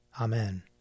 Amen